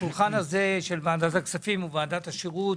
השולחן הזה של ועדת הכספים או ועדת השירות